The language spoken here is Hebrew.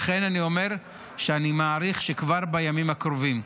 לכן אני אומר שאני מעריך שכבר בימים הקרובים,